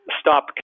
stop